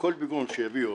בכל פיגום שיביאו,